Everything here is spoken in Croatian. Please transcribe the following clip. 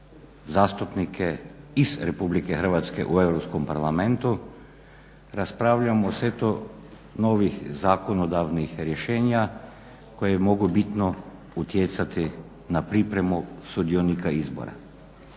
zastupnike iz RH u Europskom parlamentu raspravljamo u setu novih zakonodavnih rješenja koje mogu bitno utjecati na pripremu sudionika izbora.